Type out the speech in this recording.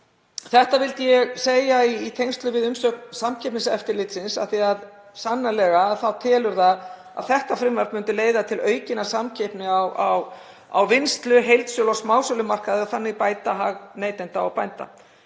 Þetta vildi ég segja í tengslum við umsögn Samkeppniseftirlitsins af því að það telur sannarlega að þetta frumvarp myndi leiða til aukinnar samkeppni á vinnslu-, heildsölu- og smásölumarkaði og þannig bæta hag neytenda og bænda.